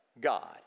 God